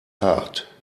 hart